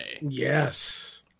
yes